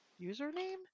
username